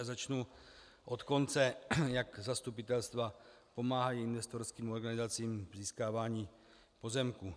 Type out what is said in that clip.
Začnu od konce, jak zastupitelstva pomáhají investorským organizacím v získávání pozemků.